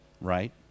Right